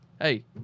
hey